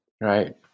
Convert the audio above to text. Right